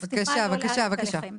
מבטיחה לא להעיק עליכם.